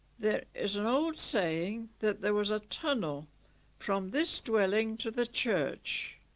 there is an old saying that there was a tunnel from this dwelling to the church